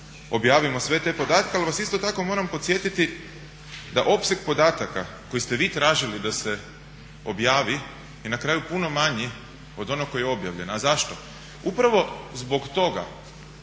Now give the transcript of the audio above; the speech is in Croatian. objavimo sve te podatke ali vas isto tako moram podsjetiti da opseg podataka koji ste vi tražili da se objavi je na kraju puno manji od onog koji je objavljen. A zašto? Upravo zbog toga